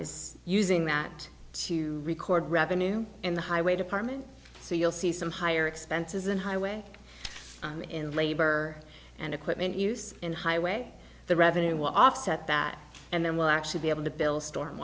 is using that to record revenue in the highway department so you'll see some higher expenses in highway in labor and equipment use in highway the revenue will offset that and then we'll actually be able to build